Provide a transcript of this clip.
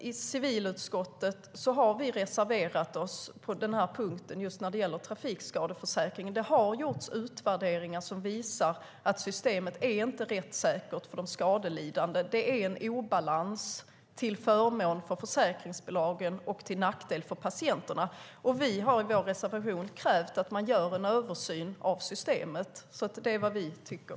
Vi har reserverat oss i civilutskottet på just den här punkten när det gäller trafikskadeförsäkringen. Det har gjorts utvärderingar som visar att systemet inte är rättssäkert för de skadelidande. Det finns en obalans till förmån för försäkringsbolagen och till nackdel för patienterna. I vår reservation har vi krävt att man gör en översyn av systemet. Det är vad vi tycker.